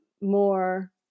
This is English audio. more